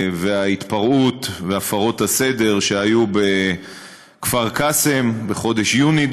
ההתפרעות והפרות הסדר שהיה בכפר קאסם בחודש יוני,